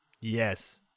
yes